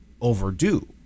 overdue